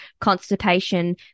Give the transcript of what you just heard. constipation